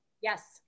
Yes